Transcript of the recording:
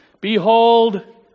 behold